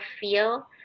feel